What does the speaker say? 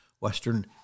Western